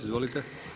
Izvolite.